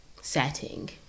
setting